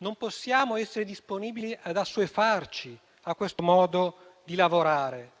Non possiamo essere disponibili ad assuefarci a questo modo di lavorare.